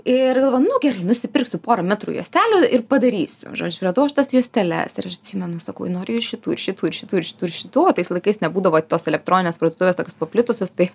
ir galvoju nu gerai nusipirksiu porą metrų juostelių ir padarysiu radau aš tas juosteles ir aš atsimenu sakau noriu šitų šitų ir šitų šitų tais laikais nebūdavo tos elektroninės parduotuvės toks paplitusios tai